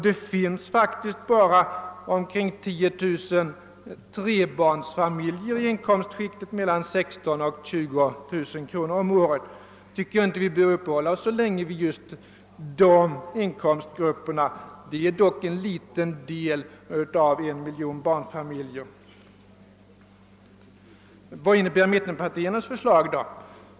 Det finns faktiskt också bara omkring 10 000 trebarnsfamiljer i inkomstskiktet mellan 16000 och 20000 kronor om året. Jag tycker inte att vi vid jämförelsen behöver uppehålla oss så länge vid just dessa inkomstgrupper; de utgör dock en liten del av en miljon barnfamiljer. Vad innebär mittenpartiernas förslag?